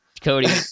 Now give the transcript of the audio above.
Cody